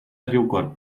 riucorb